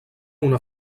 una